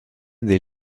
des